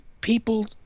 people